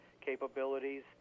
capabilities